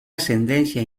ascendencia